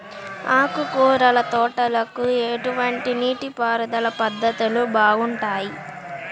ఆకుకూరల తోటలకి ఎటువంటి నీటిపారుదల పద్ధతులు బాగుంటాయ్?